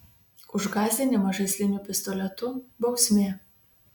už gąsdinimą žaisliniu pistoletu bausmė